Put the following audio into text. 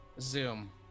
Zoom